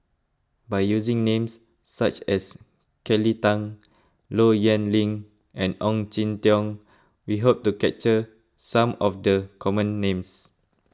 by using names such as Kelly Tang Low Yen Ling and Ong Jin Teong we hope to capture some of the common names